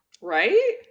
Right